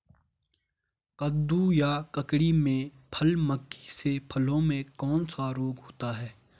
कद्दू या ककड़ी में फल मक्खी से फलों में कौन सा रोग होता है?